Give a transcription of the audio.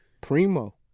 Primo